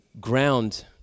ground